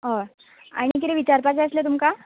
हय आनी किदें विचारपाक जाय आसलें तुमकां